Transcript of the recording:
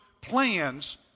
plans